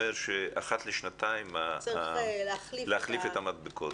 שאחת לשנתיים צריך להחליף את המדבקות,